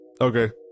okay